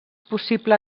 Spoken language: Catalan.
possible